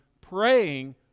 praying